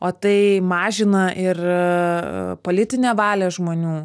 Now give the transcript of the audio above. o tai mažina ir politinę valią žmonių